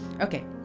okay